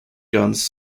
guns